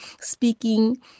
speaking